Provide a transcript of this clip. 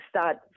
start